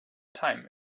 time